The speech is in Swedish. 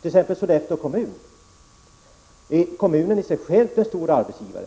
som exempel Sollefteå kommun. Kommunen är i sig själv en stor arbetsgivare.